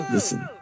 Listen